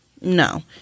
No